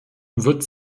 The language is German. wird